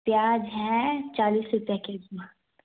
پیاز ہے چالیس روپیہ کے جی میں